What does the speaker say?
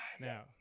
Now